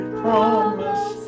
promise